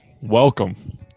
welcome